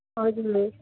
हजुर